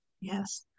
Yes